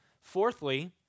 Fourthly